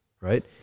Right